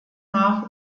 nach